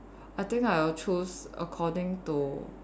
I think I will choose according to